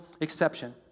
exception